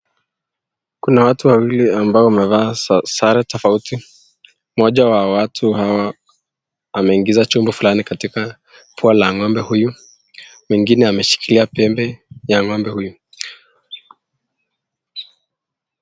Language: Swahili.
Kuna watu wawili ambao wamevaa sare tofauti moja wa watu Hawa ameingiza chuma fulani katika pua la ngombe huyu mwingine ameshikilia pembe ya ngombe huyu.